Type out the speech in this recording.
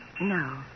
No